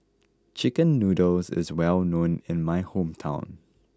Chicken Noodles is well known in my hometown